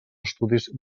estudis